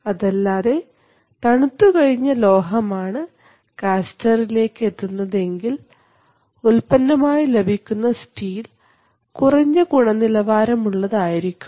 അതല്ലാതെ തണുത്തു കഴിഞ്ഞ ലോഹമാണ് കാസ്റ്റർലേക്ക് എത്തുന്നത് എങ്കിൽ ഉൽപ്പന്നമായി ലഭിക്കുന്ന സ്റ്റീൽ കുറഞ്ഞ ഗുണനിലവാരമുള്ളതായിരിക്കും